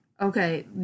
Okay